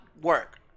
work